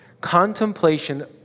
contemplation